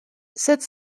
sept